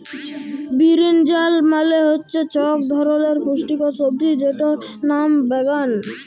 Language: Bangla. বিরিনজাল মালে হচ্যে ইক ধরলের পুষ্টিকর সবজি যেটর লাম বাগ্যুন